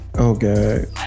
Okay